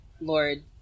Lord